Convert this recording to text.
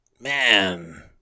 man